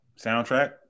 Soundtrack